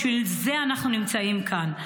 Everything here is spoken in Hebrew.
בשביל זה אנחנו נמצאים כאן.